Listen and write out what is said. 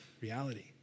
reality